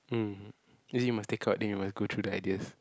mm is it you must take out then you must go through the ideas